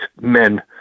men